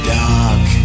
dark